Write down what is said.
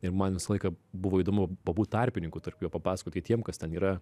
ir man visą laiką buvo įdomu pabūt tarpininku tarp jo papasakoti tiem kas ten yra